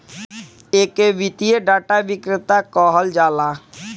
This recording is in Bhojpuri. एके वित्तीय डाटा विक्रेता कहल जाला